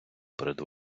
перед